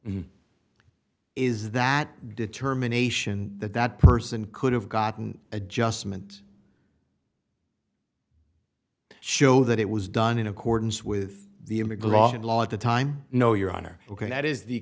is that determination that that person could have gotten adjustment show that it was done in accordance with the immigration law at the time no your honor ok that is the